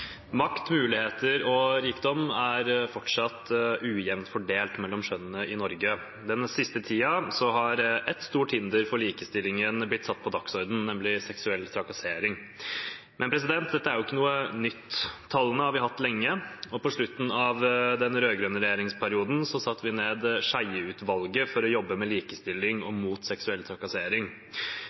Makt, muligheter og rikdom er fortsatt ujevnt fordelt mellom kjønnene i Norge. Den siste tiden har et stort hinder for likestilling blitt satt på dagsordenen, nemlig seksuell trakassering. Men dette er ikke noe nytt. Tallene har vi hatt lenge, og på slutten av den rød-grønne regjeringsperioden satte vi ned Skjeie-utvalget for å jobbe med likestilling og mot seksuell trakassering.